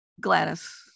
gladys